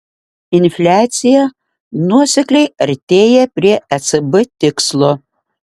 infliacija nuosekliai artėja prie ecb tikslo